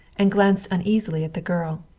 and glanced uneasily at the girl.